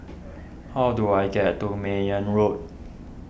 how do I get to Mayne Road